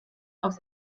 aus